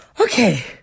Okay